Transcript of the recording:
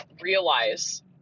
realize